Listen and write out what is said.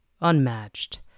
unmatched